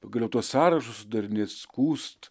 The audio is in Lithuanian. pagaliau tuos sąrašus sudar skųsti